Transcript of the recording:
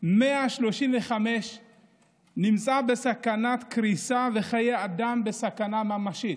135 נמצא בסכנת קריסה, וחיי אדם בסכנה ממשית.